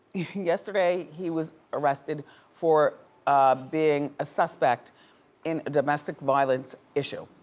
yesterday, he was arrested for being a suspect in a domestic violence issue.